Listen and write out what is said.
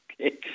Okay